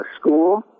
school